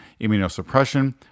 immunosuppression